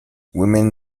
women